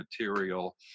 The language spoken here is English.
material